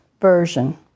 Version